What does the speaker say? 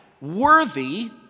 worthy